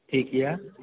ठीक यऽ